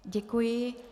Děkuji.